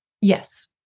Yes